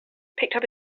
picked